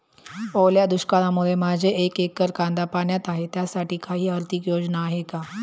ओल्या दुष्काळामुळे माझे एक एकर कांदा पाण्यात आहे त्यासाठी काही आर्थिक योजना आहेत का?